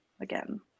again